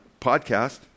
podcast